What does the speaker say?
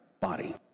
body